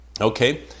Okay